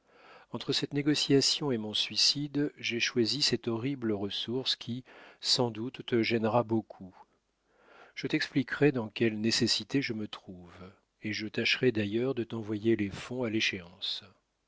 entre cette négociation et mon suicide j'ai choisi cette horrible ressource qui sans doute te gênera beaucoup je t'expliquerai dans quelle nécessité je me trouve et je tâcherai d'ailleurs de t'envoyer les fonds à l'échéance